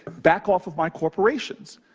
back off of my corporations.